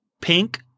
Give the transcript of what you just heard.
pink